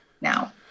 now